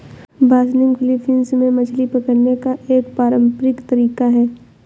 बासनिग Philippines में मछली पकड़ने का एक पारंपरिक तरीका है